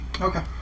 Okay